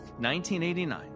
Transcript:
1989